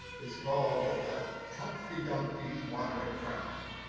it's called trumpty dumpty wanted a crown,